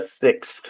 sixth